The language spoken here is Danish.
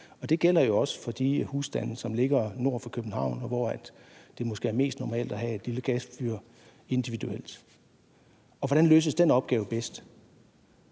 og det gælder jo også for de husstande, som ligger nord for København, hvor det måske er mest normalt at have et lille individuelt gasfyr. Hvordan løses den opgave bedst?